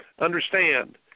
understand